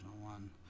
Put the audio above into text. one